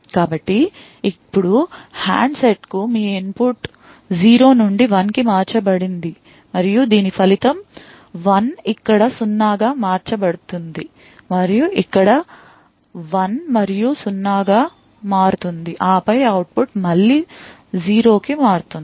కాబట్టి ఇప్పుడు హ్యాండ్సెట్కు మీ ఇన్పుట్ 0 నుండి 1 కి మార్చబడింది మరియు దీని ఫలితం 1 ఇక్కడ 0 గా మార్చబడుతుంది మరియు ఇక్కడ 1 మరియు 0 గా మారుతుంది ఆపై అవుట్ పుట్ మళ్లీ 0 కి మారుతుంది